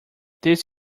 this